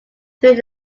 through